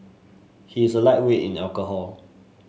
he is a lightweight in alcohol